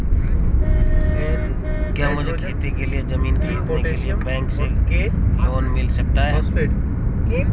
क्या मुझे खेती के लिए ज़मीन खरीदने के लिए बैंक से लोन मिल सकता है?